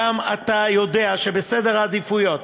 גם אתה יודע שבסדר העדיפויות